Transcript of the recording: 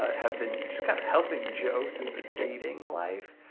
ah have been just kinda helping joe through the dating life.